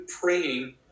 praying